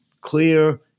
clear